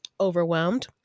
overwhelmed